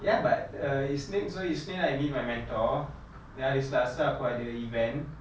ya but err isnin isnin I meet my mentor then hari selasa aku ada event